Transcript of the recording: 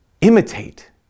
imitate